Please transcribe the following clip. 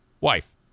Wife